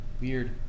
Weird